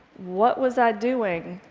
what was i doing?